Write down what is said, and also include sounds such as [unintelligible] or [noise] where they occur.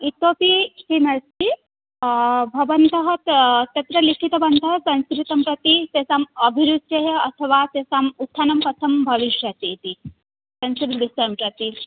अ इतोऽपि किम् अस्ति भवन्तः त तत्र लिखितवन्तः संस्कृतं प्रति तेषाम् अभिरुचयः अथवा तेषाम् उत्थानं कथं भविष्यति इति [unintelligible] प्रति